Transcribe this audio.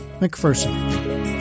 McPherson